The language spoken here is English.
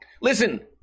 Listen